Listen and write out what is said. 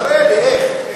תראה לי איך.